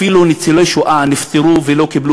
אפילו ניצולי שואה נפטרו ולא קיבלו